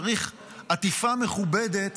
צריך עטיפה מכובדת